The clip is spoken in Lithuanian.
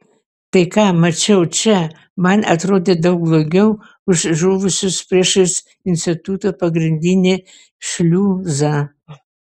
tai ką mačiau čia man atrodė daug blogiau už žuvusius priešais instituto pagrindinį šliuzą